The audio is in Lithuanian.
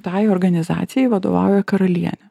tai organizacijai vadovauja karalienė